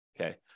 okay